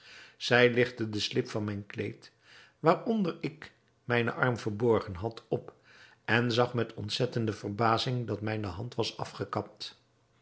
zij ligtte de slip van mijn kleed waaronder ik mijnen arm verborgen had op en zag met ontzettende verbazing dat mijne hand was afgekapt